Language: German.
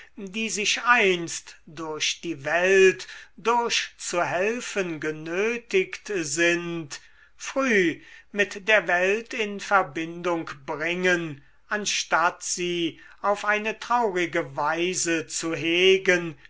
die sich einst durch die welt durchzuhelfen genötigt sind früh mit der welt in verbindung bringen anstatt sie auf eine traurige weise zu hegen